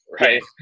Right